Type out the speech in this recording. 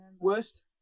Worst